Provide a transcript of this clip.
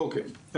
אוקיי.